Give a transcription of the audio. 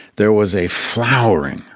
there was a flowering,